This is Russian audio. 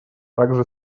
также